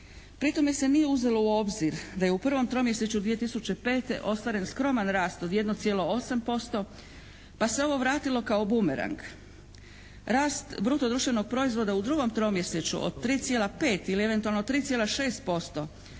Pri tome se nije uzelo u obzir da je u prvom tromjesečju 2005. ostvaren skroman rast od 1,8% pa se ovo vratilo kao bumerang. Rast bruto društvenog proizvoda u drugom tromjesečju od 3,5 ili eventualno 3,6%